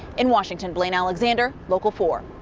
in washington, blain alexander, local four.